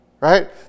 right